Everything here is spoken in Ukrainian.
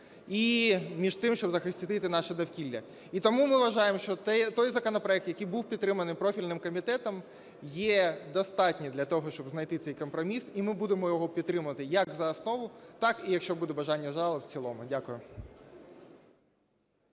і між тим, щоб захистити наше довкілля. І тому ми вважаємо, що той законопроект, який був підтриманий профільним комітетом, є достатній для того, щоб знайти цей компроміс, і ми будемо його підтримувати як за основу, так і в цілому, якщо буде бажання залу. Дякую.